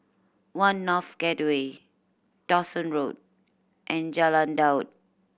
One North Gateway Dawson Road and Jalan Daud